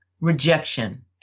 rejection